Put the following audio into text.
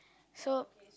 so